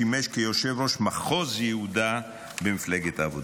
והוא שימש יושב-ראש מחוז יהודה במפלגת העבודה.